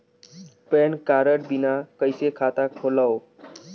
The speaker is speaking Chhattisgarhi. पैन कारड बिना कइसे खाता खोलव?